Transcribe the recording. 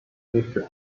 mission